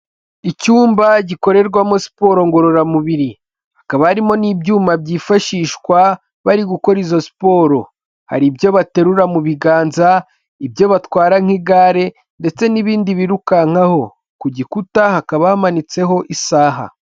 Icyumba gikorerwamo siporo ngororamubiri . Hakaba harimo n'ibyuma byifashishwa bari gukora izo siporo . Hari ibyo baterura mu biganza, ibyo batwara nk'igare ndetse n'ibindi birukankaho. Ku gikuta hakaba hamanitseho isaha.